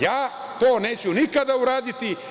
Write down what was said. Ja to neću nikada uraditi.